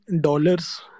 dollars